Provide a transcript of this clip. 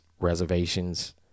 Reservations